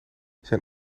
zijn